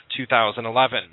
2011